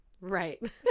Right